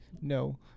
no